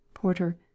Porter